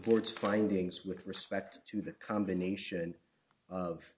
court's findings with respect to the combination of